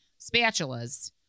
spatulas